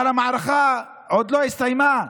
אבל המערכה עוד לא הסתיימה,